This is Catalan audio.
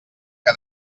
que